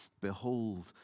behold